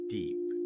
deep